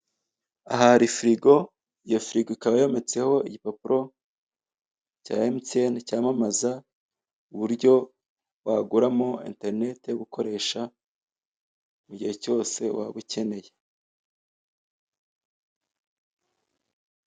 Aha hari firigo iyo firigo ikaba yometseho igipapuro cya emutiyeni cyamamaza uburyo waguramo interinete yo gukoresha mugihe cyose waba ukeneye.